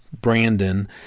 Brandon